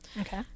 Okay